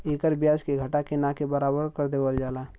एकर ब्याज के घटा के ना के बराबर कर देवल जाला